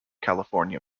california